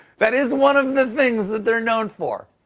that is one of the things that they are known for.